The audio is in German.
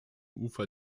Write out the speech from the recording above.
ufer